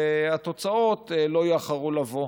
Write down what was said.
והתוצאות לא יאחרו לבוא.